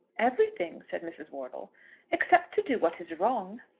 everything, said mrs. wortle except to do what is wrong.